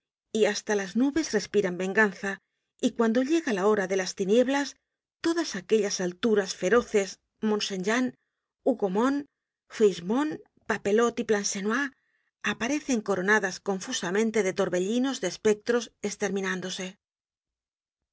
y hasta las nubes respiran venganza y cuando llega la hora de las tinieblas todas aquellas alturas feroces mont saint jean hougomont frischemont papelotte y plancenoit aparecen coronadas confusamente de torbellinos de espectros esterminándose